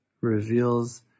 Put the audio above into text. reveals